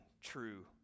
true